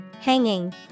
Hanging